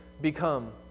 become